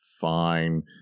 fine